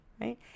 right